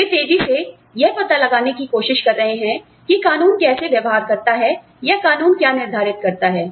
वे तेजी से यह पता लगाने की कोशिश कर रहे हैं कि कानून कैसे व्यवहार करता है या कानून क्या निर्धारित करता है